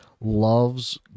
loves